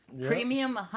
Premium